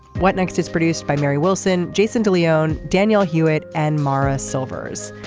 what next is produced by mary wilson jason de leone daniel hewett and mara silvers.